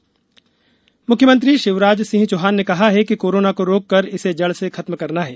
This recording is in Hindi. मुख्यमंत्री मुख्यमंत्री शिवराजसिंह चैहान ने कहा है कि कोरोना को रोककर इसे जड़ से खत्म करना है